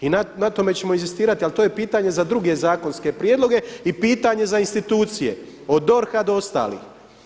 I na tome ćemo inzistirati ali to je pitanje za druge zakonske prijedloge i pitanje za institucije od DORH-a do ostalih.